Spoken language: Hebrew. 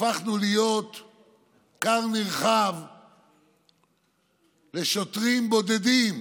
הפכנו להיות כר נרחב לשוטרים בודדים,